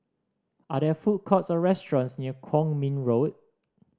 are there food courts or restaurants near Kwong Min Road